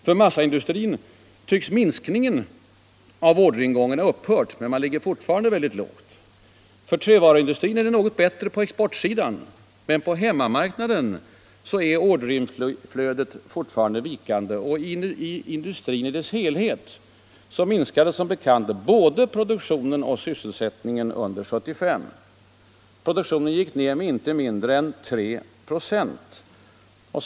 För massaindustrin tycks minskningen i orderingången ha upphört, men nivån är fortfarande mycket låg. För trävaruindustrin är det något bättre på exportsidan, men på hemmamarknaden är orderinflödet fortfarande vikande, och inom industrin i dess helhet minskade som bekant både produktionen och sysselsättningen under 1975. Produktionen gick ned med inte mindre än 3 26.